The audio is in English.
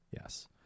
yes